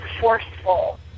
forceful